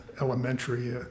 elementary